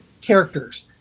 characters